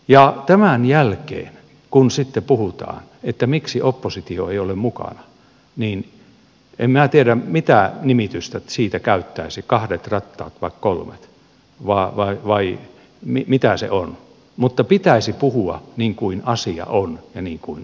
kun tämän jälkeen sitten puhutaan että miksi oppositio ei ole mukana niin en minä tiedä mitä nimitystä siitä käyttäisi kahdet rattaat vai kolmet vai mitä se on mutta pitäisi puhua niin kuin asia on ja niin kuin on tapahtunut